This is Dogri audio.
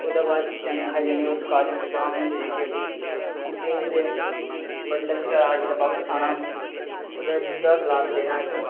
ओह्दे बाद च चने खाई लैने होर काजू बदाम जेह्के कुट्टे दे होंदे बड्डलै फिर जेल्लै आ बापस आना ओह्दे दुद्धै दा गलास लैना इक